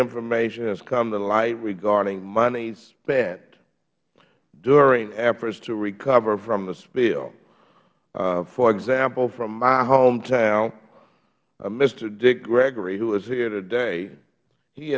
information has come to light regarding money spent during efforts to recover from the spill for example from my hometown mr hdick gregory who is here today he